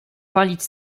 palić